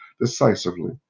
decisively